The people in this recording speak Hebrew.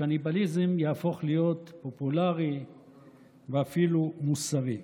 שקניבליזם יהפוך להיות פופולרי ואפילו מוסרי.